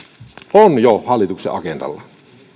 on jo hallituksen agendalla